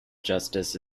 justice